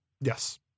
Yes